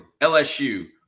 LSU